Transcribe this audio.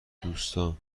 دوستان